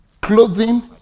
Clothing